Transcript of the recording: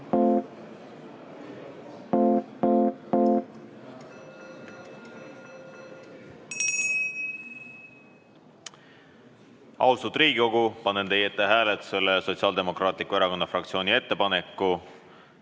Riigikogu, panen teie ette hääletusele Sotsiaaldemokraatliku Erakonna fraktsiooni ettepaneku